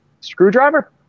Screwdriver